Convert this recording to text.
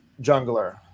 Jungler